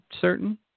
certain